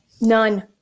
none